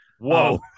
Whoa